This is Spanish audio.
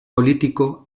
político